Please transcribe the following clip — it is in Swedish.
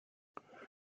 jag